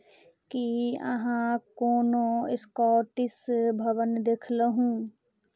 की अहाँ कोनो स्कॉटिश भवन देखलहुँ